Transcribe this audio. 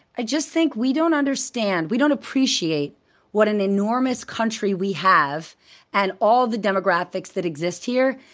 i just think we don't understand. we don't appreciate what an enormous country we have and all the demographics that exist here.